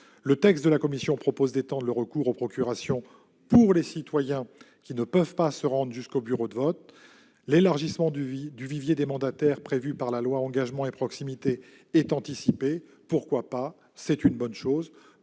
Le texte de la commission propose d'étendre le recours aux procurations aux citoyens qui ne peuvent se rendre jusqu'à leur bureau de vote. L'élargissement du vivier des mandataires prévu par la loi Engagement et proximité est anticipé. Pourquoi pas ? C'est une bonne chose.